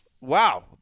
Wow